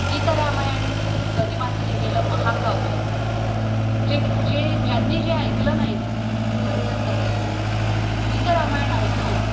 गीतरामायण गदिमांनी लिहिलेलं महाकाव्य जे जे ज्यांनी जे ऐकलं नाही ना ते खरंतर करंटे गीतरामायण ऐकणं